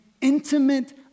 intimate